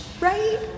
Right